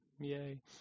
Yay